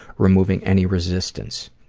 removing any resistance.